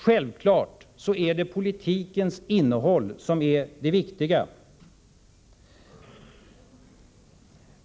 Självfallet är det politikens innehåll som är det viktiga.